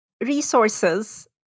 resources